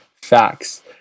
facts